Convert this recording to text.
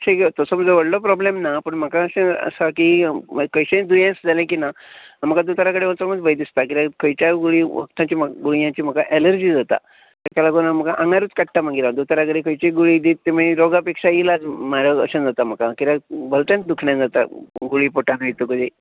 मात्शे तसो म्हजो कितें व्हडलो प्रोब्लम ना पूण म्हाका मात्शे की खंयचेय अशें सारकें दुयेंस जाले की ना म्हाका दोतोरा कडेन वचोंकूत भंय दिसता कित्याक खंयच्याय वखदांची गुळयांची म्हाका एलरजी जाता तेका लागोन आंगांरूत काडटा हांव दोतोरा कडेन खंयची गुळी दीत रोगा पेक्षा इलाज म्हारग अशें जाता म्हाका कारण भलतेंच दुखणे जाता गुळी पोटांत वयतकूच